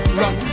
run